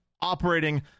operating